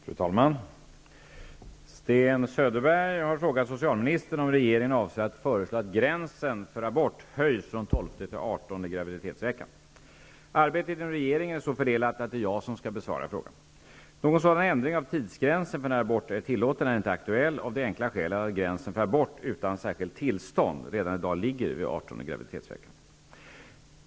Fru talman! Sten Söderberg har frågat socialminstern om regeringen avser att föreslå att gränsen för abort höjs från tolfte till artonde graviditetsveckan. Arbetet inom regeringen är så fördelat att det är jag som skall besvara frågan. Någon sådan ändring av tidsgränsen för när abort är tillåten är inte aktuell av det enkla skälet att gränsen för abort utan särskilt tillstånd redan i dag ligger vid artonde graviditetsveckan.